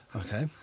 okay